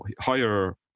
higher